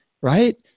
right